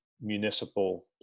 municipal